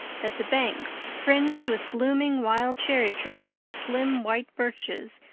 that the banks, fringed with blooming wild cherry-trees and slim white birches,